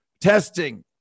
testing